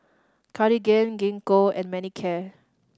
Cartigain Gingko and Manicare